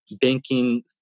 banking